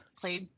played